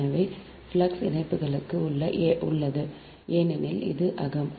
எனவே இங்கே ஃப்ளக்ஸ் இணைப்புகளும் உள்ளன ஏனெனில் அது அகம்